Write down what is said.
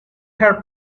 her